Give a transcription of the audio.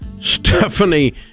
Stephanie